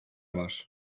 var